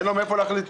אין לו מאיפה להחליט.